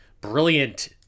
brilliant